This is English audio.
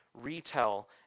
retell